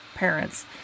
parents